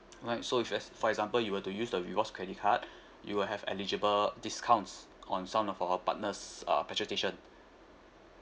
right so if let for example you will to use the rewards credit card you will have eligible discounts on some of our partners uh petrol stations